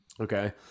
okay